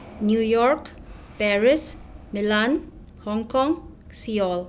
New York Paris Milan Hong Kong Seoul